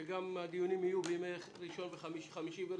שהדיונים יהיו בימים ראשון וחמישי,